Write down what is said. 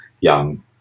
young